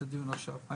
את הדיון עכשיו.